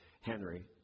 Henry